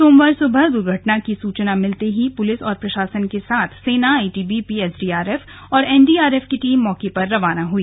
सोमवार सुबह दुर्घटना की सूचना मिलते ही पुलिस और प्रशासन के साथ सेना आईटीबीपी एसडीआरऑफ और एनडीआरएफ की टीम मौके पर रवाना हुई